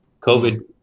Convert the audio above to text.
COVID